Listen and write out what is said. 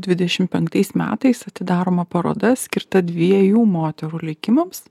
dvidešim penktais metais atidaroma paroda skirta dviejų moterų likimams